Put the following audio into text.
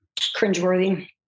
cringeworthy